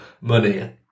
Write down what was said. money